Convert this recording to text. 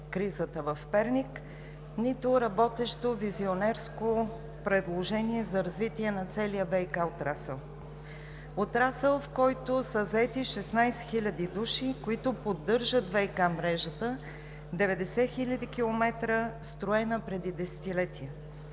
кризата в Перник, нито работещо визионерско предложение за развитие на целия ВиК отрасъл. Отрасъл, в който са заети 16 хиляди души, които поддържат ВиК мрежата от 90 хил. км, строена преди десетилетия,